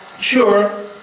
sure